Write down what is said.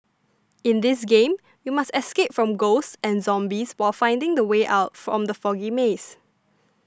in this game you must escape from ghosts and zombies while finding the way out from the foggy maze